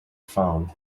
phone